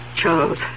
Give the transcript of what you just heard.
Charles